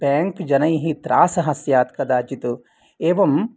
bank जनैः त्रासः स्यात् कदाचित् एवं